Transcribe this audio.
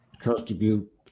contribute